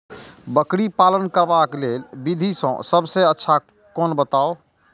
बकरी पालन करबाक लेल विधि सबसँ अच्छा कोन बताउ?